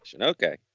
Okay